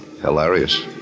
Hilarious